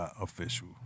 official